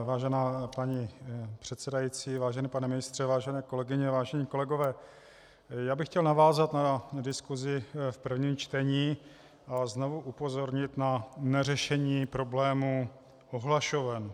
Vážená paní předsedající, vážený pane ministře, vážené kolegyně, vážení kolegové, já bych chtěl navázat na diskusi v prvním čtení a znovu upozornit na neřešení problému ohlašoven.